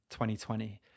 2020